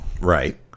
Right